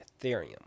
Ethereum